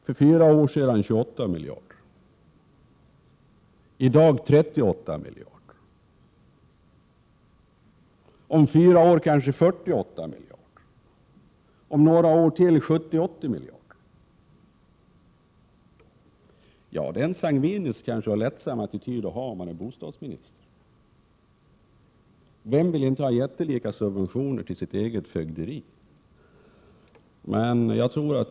För fyra år sedan uppgick beloppet till 28 miljarder, i dag är det uppe i 38 miljarder, om fyra år kanske 48 miljarder och om några år är det kanske uppe i 70-80 miljarder. Det är en lättsam och sangvinisk attityd att inta för en bostadsminister. Vem vill inte ha jättelika subventioner till sitt eget fögderi?